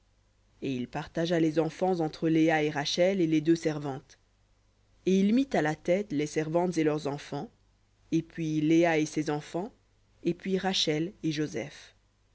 et il partagea les enfants entre léa et rachel et les deux servantes et il mit à la tête les servantes et leurs enfants et puis léa et ses enfants et puis rachel et joseph